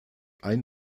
ein